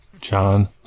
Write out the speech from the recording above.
John